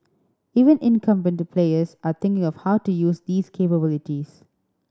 even incumbent players are thinking of how to use these capabilities